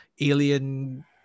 alien